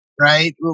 right